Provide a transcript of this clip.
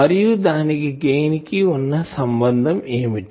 మరియు దానికి గెయిన్ కి వున్నా సంబంధం ఏమిటి